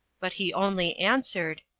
but he only answered,